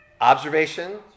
Observation